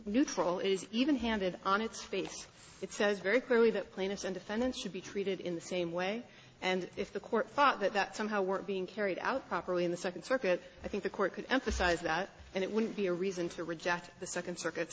neutral it is even handed on its face it says very clearly that plaintiff and defendant should be treated in the same way and if the court thought that that somehow were being carried out properly in the second circuit i think the court could emphasize that and it would be a reason to reject the second circuit